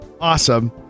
awesome